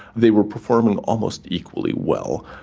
they were performing almost equally well.